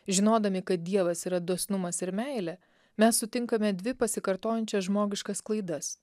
žinodami kad dievas yra dosnumas ir meilė mes sutinkame dvi pasikartojančias žmogiškas klaidas